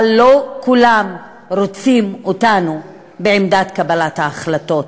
אבל לא כולם רוצים אותנו בעמדת קבלת ההחלטות,